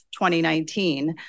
2019